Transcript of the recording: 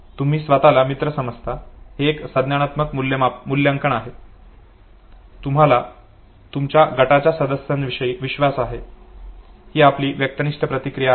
तुम्ही स्वतला मित्र समजता हे एक संज्ञानात्मक मूल्यांकन आहे तुम्हाला तुमच्या गटाच्या सदस्यांविषयी विश्वास आहे ही आपली व्यक्तिनिष्ठ प्रतिक्रिया आहे